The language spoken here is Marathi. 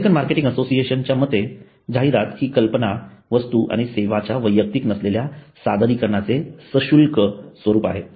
अमेरिकन मार्केटिंग असोसिएशन च्या मते जाहिरात हि कल्पना वस्तू आणि सेवांच्या वैयक्तिक नसलेल्या सादरीकरणाचे सशुल्क स्वरूप आहे